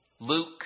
Luke